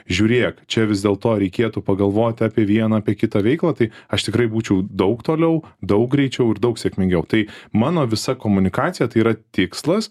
žiūrėk čia vis dėl to reikėtų pagalvoti apie vieną apie kitą veiklą tai aš tikrai būčiau daug toliau daug greičiau ir daug sėkmingiau tai mano visa komunikacija tai yra tikslas